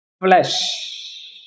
Flesh